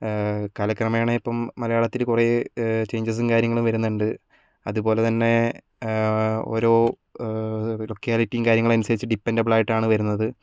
കാലക്രമേണ ഇപ്പം മലയാളത്തിൽ കുറെ ചെയ്ഞ്ചസും കാര്യങ്ങളും വരുന്നുണ്ട് അതുപോലെതന്നെ ഓരോ ലൊക്കാലിറ്റിയും കാര്യങ്ങളും അനുസരിച്ച് ഡിപ്പെൻ്റബിൾ ആയിട്ടാണ് വരുന്നത്